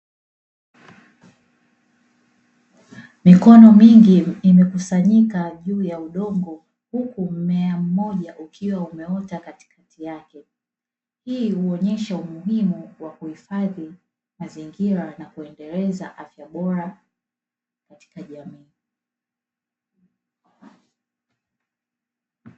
Mikono mingi imekusanyika juu ya udongo huku mmea mmoja ukiwa umeota katikati yake, hii huoyesha umuhimu wa kuhifadhi mazingira na kuendeleza afya bora katika jamii.